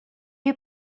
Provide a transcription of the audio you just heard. you